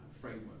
framework